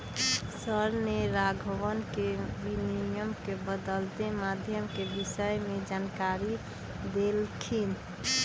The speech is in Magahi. सर ने राघवन के विनिमय के बदलते माध्यम के विषय में जानकारी देल खिन